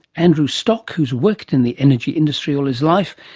andrew stock, who's worked in the energy industry all his life,